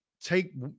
take